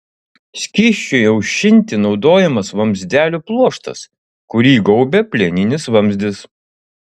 skysčiui aušinti naudojamas vamzdelių pluoštas kurį gaubia plieninis vamzdis